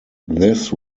this